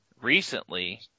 recently